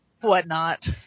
whatnot